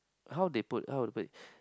how they put how to put it